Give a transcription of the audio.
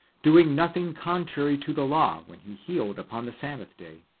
doing nothing contrary to the law when he healed upon the sabbath-day.